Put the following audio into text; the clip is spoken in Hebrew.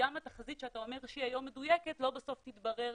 שגם התחזית שאתה אומר היום שהיא מדויקת לא בסוף תתברר